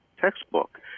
Textbook